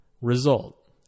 Result